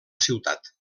ciutat